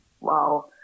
Wow